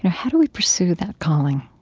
how do we pursue that calling,